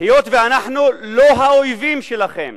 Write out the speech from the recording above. היות שאנחנו לא האויבים שלכם